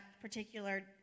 particular